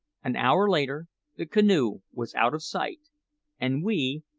an hour later the canoe was out of sight and we,